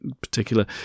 particular